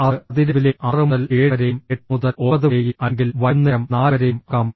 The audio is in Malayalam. അത് അതിരാവിലെ 6 മുതൽ 7 വരെയും 8 മുതൽ 9 വരെയും അല്ലെങ്കിൽ വൈകുന്നേരം 4 വരെയും ആകാം